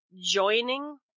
joining